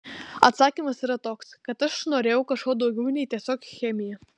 atsakymas yra toks kad aš norėjau kažko daugiau nei tiesiog chemija